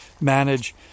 manage